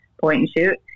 point-and-shoot